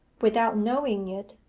without knowing it,